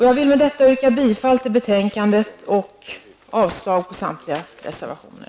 Jag yrkar bifall till utskottets hemställan och avslag på samtliga reservationer.